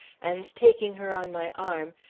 and taking her on my arm,